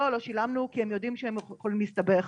לא שילמו כי הם יודעים שהם יכולים להסתבך.